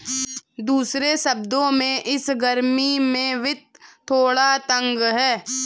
दूसरे शब्दों में, इस गर्मी में वित्त थोड़ा तंग है